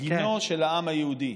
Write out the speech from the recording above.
כמגינו של העם היהודי.